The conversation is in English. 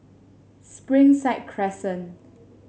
Springside Crescent